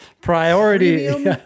priority